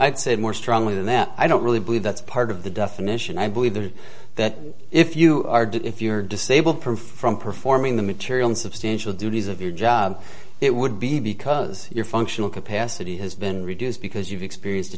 i'd say more strongly than that i don't really believe that's part of the definition i believe that if you are doing if you're disabled from from performing the material in substantial duties of your job it would be because your functional capacity has been reduced because you've experienced